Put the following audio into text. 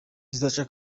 bizaca